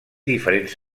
diferents